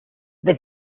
the